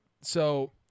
So-